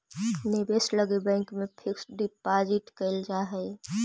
निवेश लगी बैंक में फिक्स डिपाजिट कैल जा हई